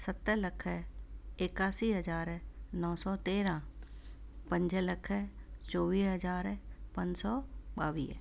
सत लख एकासी हज़ार नौ सौ तेरहां पंज लख चोवीह हज़ार पंज सौ ॿावीह